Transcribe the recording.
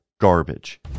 garbage